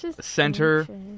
center